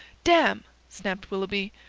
damme! snapped willoughby,